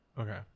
okay